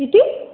किती